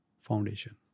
Foundation